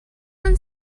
and